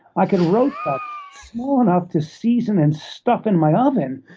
i could roast that small enough to season and stuff in my oven.